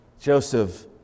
Joseph